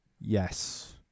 Yes